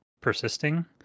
persisting